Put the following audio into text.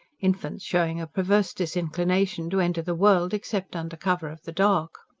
infants showing a perverse disinclination to enter the world except under cover of the dark.